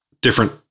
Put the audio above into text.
different